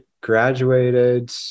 graduated